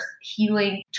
healing